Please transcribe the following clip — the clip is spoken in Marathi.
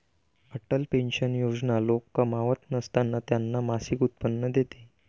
अटल पेन्शन योजना लोक कमावत नसताना त्यांना मासिक उत्पन्न देते